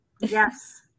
Yes